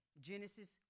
Genesis